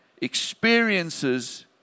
experiences